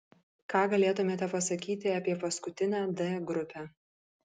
ką galėtumėte pasakyti apie paskutinę d grupę